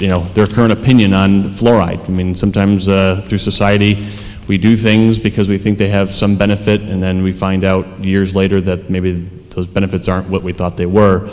you know their current opinion i mean sometimes a through society we do things because we think they have some benefit and then we find out years later that maybe those benefits aren't what we thought they were